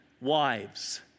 Wives